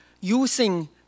using